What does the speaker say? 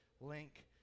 link